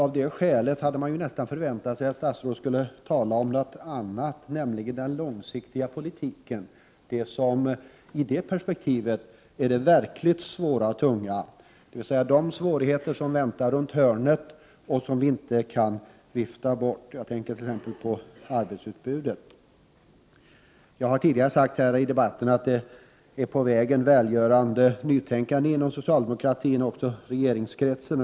Av det skälet hade man nästan kunnat förvänta sig att statsrådet skulle tala om någonting annat, nämligen om den långsiktiga politiken. Det som i det perspektivet är det verkligt svåra och tunga är de svårigheter som väntar runt hörnet och som vi inte kan vifta bort. Jag tänker t.ex. på arbetsutbudet. Tidigare i debatten har jag sagt att det finns ett välgörande nytänkade inom socialdemokratin och regeringskretsen.